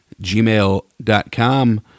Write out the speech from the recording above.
gmail.com